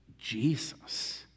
Jesus